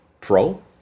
Pro